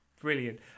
Brilliant